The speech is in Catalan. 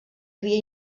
havia